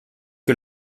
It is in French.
que